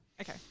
Okay